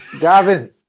Gavin